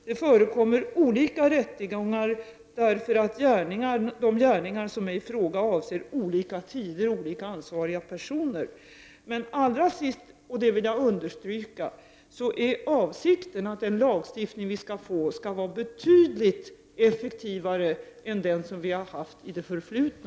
Det förekommer olika rättegångar därför att de gärningar som det är fråga om avser olika tider och olika ansvariga personer. Allra sist — och det vill jag understryka: Avsikten är att den lag vi kommer att få skall vara betydligt effektivare än den som vi har haft i det förflutna.